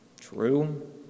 true